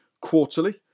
quarterly